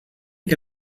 que